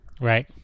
Right